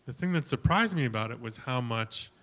ah thing that surprised me about it was how much